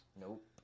Nope